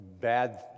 bad